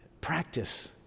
Practice